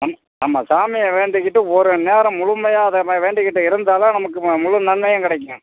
நம் நம்ம சாமியை வேண்டிக்கிட்டு ஒரு நேரம் முழுமையாக அதை வேண்டிக்கிட்டு இருந்தால் தான் நமக்கு முழு நன்மையும் கிடைக்கும்